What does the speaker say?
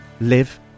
live